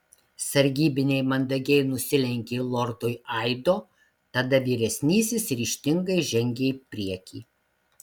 sargybiniai mandagiai nusilenkė lordui aido tada vyresnysis ryžtingai žengė į priekį